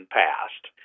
passed